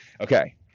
okay